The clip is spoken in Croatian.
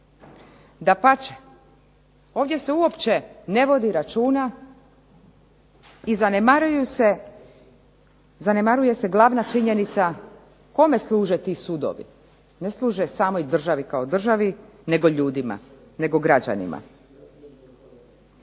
Dapače, ovdje se uopće ne vodi računa i zanemaruje se glavna činjenica kome služe ti sudovi, ne služe samoj državi kao državi, nego ljudima, nego građanima.